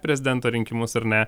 prezidento rinkimus ar ne